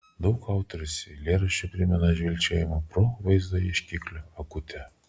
daug autoriaus eilėraščių primena žvilgčiojimą pro vaizdo ieškiklio akutę